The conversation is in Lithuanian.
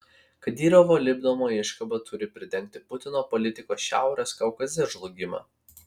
kadyrovo lipdoma iškaba turi pridengti putino politikos šiaurės kaukaze žlugimą